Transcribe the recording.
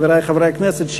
חברי חברי הכנסת,